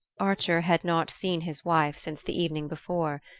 archer had not seen his wife since the evening before.